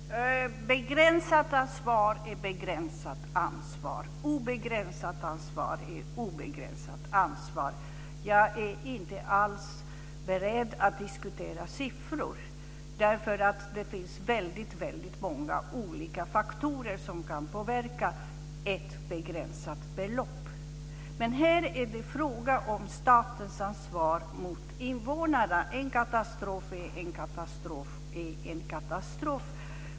Fru talman! Begränsat ansvar är begränsat ansvar. Obegränsat ansvar är obegränsat ansvar. Jag är inte alls beredd att diskutera siffror eftersom det finns väldigt många olika faktorer som kan påverka ett begränsat belopp. Men här är det frågan om statens ansvar mot invånarna. En katastrof är en katastrof.